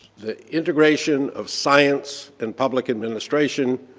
the integration of science and public administration,